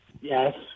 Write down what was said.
Yes